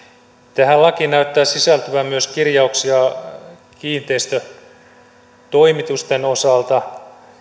tähän lakiin näyttää sisältyvän myös kirjauksia kiinteistötoimitusten osalta